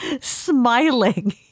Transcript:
smiling